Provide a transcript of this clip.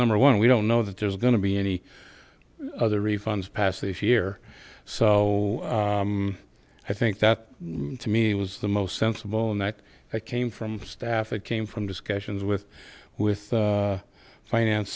number one we don't know that there's going to be any other refunds pass this year so i think that to me was the most sensible and that it came from staff it came from discussions with with the finance